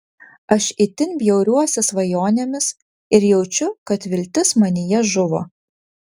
aš itin bjauriuosi svajonėmis ir jaučiu kad viltis manyje žuvo